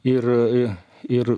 ir ir